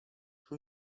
who